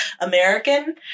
American